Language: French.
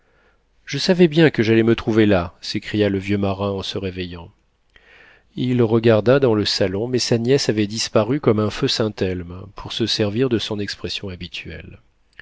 je savais bien que j'allais me trouver là s'écria le vieux marin en se réveillant il regarda dans le salon mais sa nièce avait disparu comme un feu saint-elme pour se servir de son expression habituelle